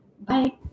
bye